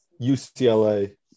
UCLA